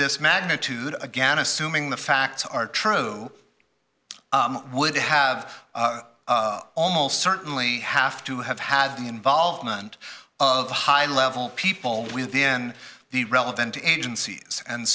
this magnitude again assuming the facts are true would have almost certainly have to have had the involvement of the high level people within the relevant agencies and